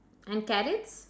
and carrots